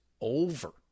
over